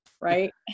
right